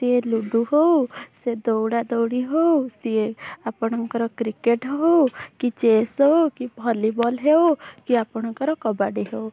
ସିଏ ଲୁଡ଼ୁ ହେଉ ସେ ଦୌଡ଼ାଦୌଡ଼ି ହେଉ ସିଏ ଆପଣଙ୍କର କ୍ରିକେଟ୍ ହେଉ କି ଚେସ୍ ହେଉ କି ଭଲିବଲ୍ ହେଉ କି ଆପଣଙ୍କର କବାଡ଼ି ହେଉ